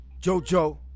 Jojo